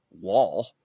wall